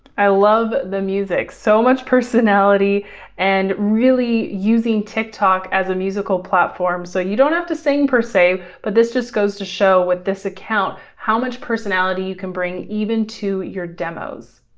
i love the music so much personality and really using tiktok as a musical platform. so you don't have to sing per se, but this just goes to show with this account how much personality you can bring even to your demos.